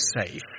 safe